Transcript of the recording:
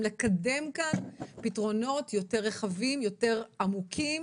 לקדם כאן פתרונות יותר רחבים ועמוקים.